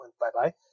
bye-bye